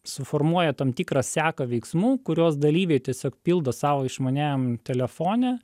suformuoja tam tikrą seką veiksmų kuriuos dalyviai tiesiog pildo savo išmaniajam telefone